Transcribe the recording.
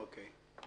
אוקיי.